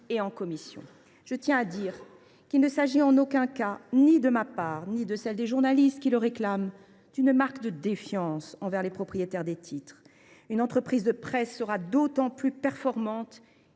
et en commission. Il ne s’agit en aucun cas, ni de ma part ni de celle des journalistes qui demandent à en bénéficier, d’une marque de défiance envers les propriétaires des titres. Une entreprise de presse sera d’autant plus performante